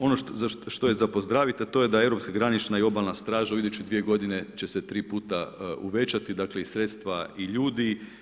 Ono što je za pozdraviti, a to je da europska granična i obalna straža će se u iduće 2 godine će se 3 puta uvećati, dakle, i sredstva i ljudi.